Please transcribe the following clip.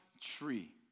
tree